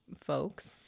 folks